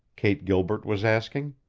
kate gilbert was asking.